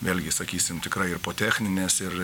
vėlgi sakysim tikra ir po techninės ir